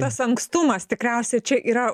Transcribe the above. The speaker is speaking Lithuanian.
tas ankstumas tikriausiai čia yra